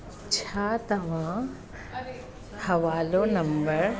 छा तव्हां हवालो नम्बर